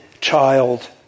child